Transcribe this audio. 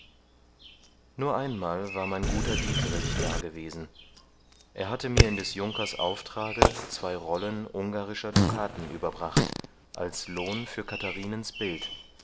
nur einmal war mein guter dieterich da gewesen er hatte mir in des junkers auftrage zwei rollen ungarischer dukaten überbracht als lohn für katharinens bild